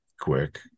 quick